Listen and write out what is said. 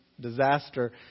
disaster